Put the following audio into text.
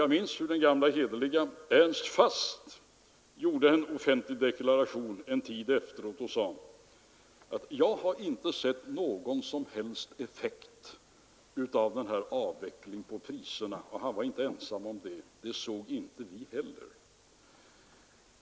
Jag minns att den gamle hederlige Erik Fast en tid efteråt gjorde en deklaration och sade: Jag har inte sett någon som helst effekt på priserna av den här avvecklingen. Han var inte ensam om det, vi andra såg inte heller någon effekt.